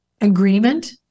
agreement